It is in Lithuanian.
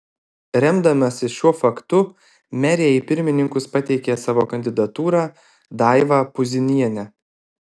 remdamasi šiuo faktu merė į pirmininkus pateikė savo kandidatūrą daivą puzinienę